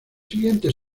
siguientes